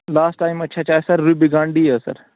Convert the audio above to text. last time حظ چھچے sir رُبیگان ڈی حظ سر